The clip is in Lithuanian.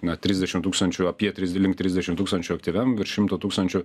na trisdešim tūkstančių apie tris link trisdešim tūkstančių aktyviam virš šimto tūkstančių